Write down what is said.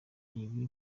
bibi